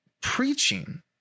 preaching